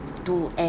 to eh